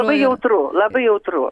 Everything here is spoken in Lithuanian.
labai jautru labai jautru